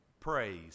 praise